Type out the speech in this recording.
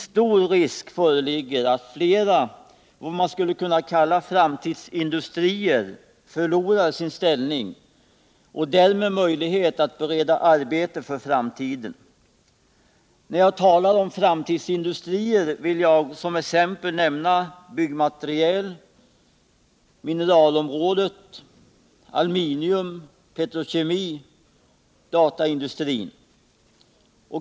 Stor risk föreligger för att flera vad man skulle kunna kalla framtidsindustrier förlorar sin ställning och därmed möjligheten att bereda arbete för framtiden. När jag talar om framtidsindustrier vill jag såsom exempel nämna byggmateriel, mineralområdet, aluminium, petrokemi och data.